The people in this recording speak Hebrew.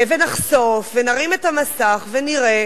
ונחשוף, ונרים את המסך, ונראה